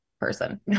person